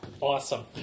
Awesome